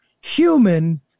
human